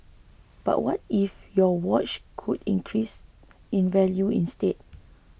but what if your watch could increase in value instead